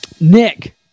Nick